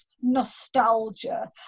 nostalgia